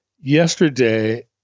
yesterday